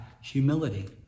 humility